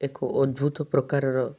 ଏକ ଅଦ୍ଭୁତ ପ୍ରକାରର